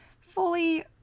fully